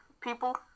people